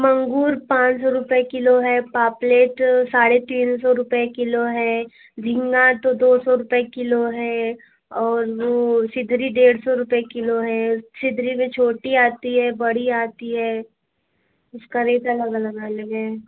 मंगूर पाँच सौ रुपए किलो है पापलेट साढ़े तीन सौ रुपए किलो है झींगा तो दो सौ रुपए किलो है और वो सिधरी डेढ़ सौ रुपए किलो है सिधरी वी छोटी आती है बड़ी आती है उसका रेट अलग अलग अलग है